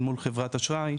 אל מול חברת אשראי,